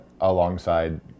alongside